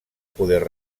poder